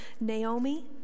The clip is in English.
Naomi